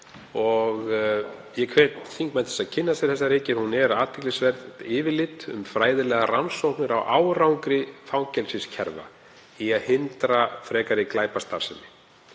og ég hvet þingmenn til að kynna sér þá ritgerð. Hún er athyglisvert yfirlit um fræðilegar rannsóknir á árangri fangelsiskerfa í að hindra frekari glæpastarfsemi.